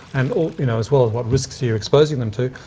and you know as well as what risks you're exposing them to.